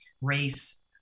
race